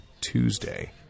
Tuesday